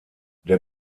der